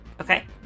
Okay